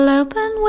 open